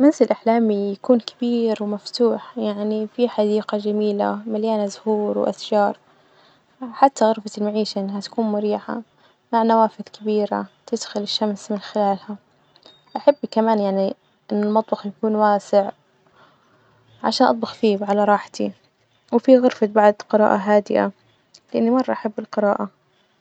منزل أحلامي يكون كبير ومفتوح، يعني في حديقة جميلة مليانة زهور وأشجار، حتى غرفة المعيشة إنها تكون مريحة مع نوافذ كبيرة تدخل الشمس من خلالها، أحب كمان يعني إنه المطبخ يكون واسع، عشان أطبخ فيه وعلى راحتي، وفي غرفة بعد قراءة هادئة لإني مرة أحب القراءة،